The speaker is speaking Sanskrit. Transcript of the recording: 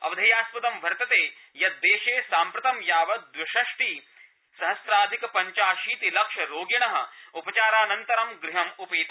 अवधेयास्पदं वर्तते यत् देशे साम्प्रतं यावत् द्विषष्ठी सहस्राधिक पंचाशीतिलक्ष रोगिण उपचारानन्तरं गृहमुपेता